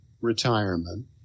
retirement